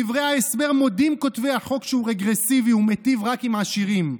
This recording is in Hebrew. בדברי ההסבר מודים כותבי החוק שהוא רגרסיבי ומיטיב רק עם עשירים,